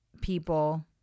people